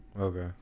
Okay